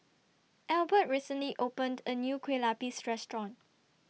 Albert recently opened A New Kueh Lapis Restaurant